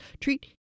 treat